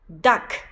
Duck